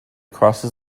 crosses